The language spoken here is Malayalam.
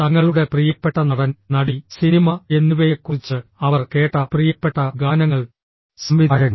തങ്ങളുടെ പ്രിയപ്പെട്ട നടൻ നടി സിനിമ എന്നിവയെക്കുറിച്ച് അവർ കേട്ട പ്രിയപ്പെട്ട ഗാനങ്ങൾ സംവിധായകൻ